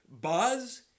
buzz